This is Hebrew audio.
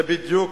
זה בדיוק,